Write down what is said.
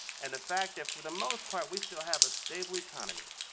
and the fact that for the most part we still have a stable economy,